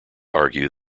argue